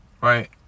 right